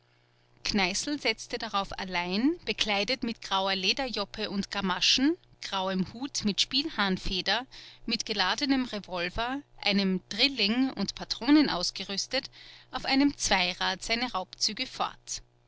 kneißl setzte darauf allein bekleidet mit grauer lederjoppe und gamaschen grauem hut mit spielhahnfeder mit geladenem revolver einem drilling und patronen ausgerüstet auf einem zweirad seine raubzüge fort